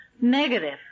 negative